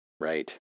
Right